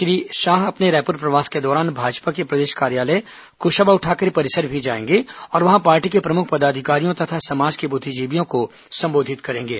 श्री शाह अपने रायपुर प्रवास के दौरान भाजपा के प्रदेश कार्यालय कुशाभाऊ ठाकरे परिसर भी जाएंगे और वहां पार्टी के प्रमुख पदाधिकारियों तथा समाज के बुद्धिजीवियों को संबोधित करेंगे